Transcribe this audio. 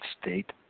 state